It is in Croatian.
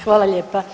Hvala lijepa.